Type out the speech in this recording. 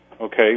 okay